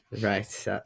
right